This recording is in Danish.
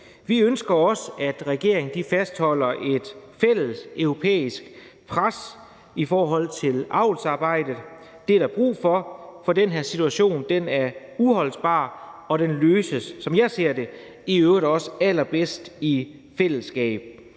Vi ønsker også, at regeringen fastholder et fælles europæisk pres i forhold til avlsarbejdet. Det er der brug for, for den her situation er uholdbar, og den løses, som jeg ser det, i øvrigt også allerbedst i fællesskab.